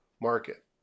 market